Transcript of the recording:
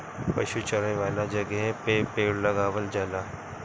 पशु चरावे वाला जगहे पे पेड़ लगावल जाला